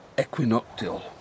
Equinoctial